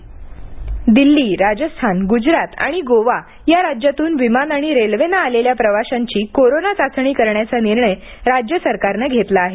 railway बससेवा दिल्ली राजस्थान गुजरात आणि गोवा या राज्यातून विमान आणि रेल्वेनं आलेल्या प्रवाशांची कोरोना चाचणी करण्याचा निर्णय राज्य सरकारनं घेतला आहे